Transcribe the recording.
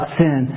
sin